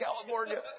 California